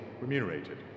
remunerated